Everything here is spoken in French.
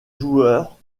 joueurs